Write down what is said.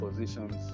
positions